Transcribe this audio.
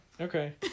Okay